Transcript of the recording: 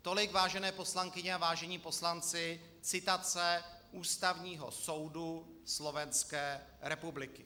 Tolik, vážené poslankyně a vážení poslanci, citace Ústavního soudu Slovenské republiky.